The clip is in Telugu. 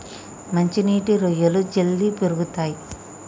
మంచి నీటి రొయ్యలు జల్దీ పెరుగుతయ్